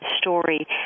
story